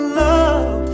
love